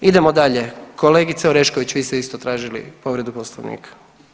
Idemo dalje, kolegice Orešković vi ste isto tražili povredu poslovnika.